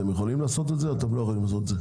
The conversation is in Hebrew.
אתם יכולים לעשות את זה או אתם לא יכולים לעשות את זה?